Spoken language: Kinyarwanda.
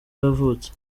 yavutse